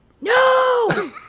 no